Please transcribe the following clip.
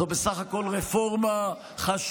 זו בסך הכול רפורמה חשובה